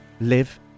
live